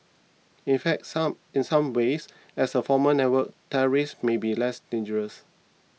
in fact some in some ways as a formal network terrorists may be less dangerous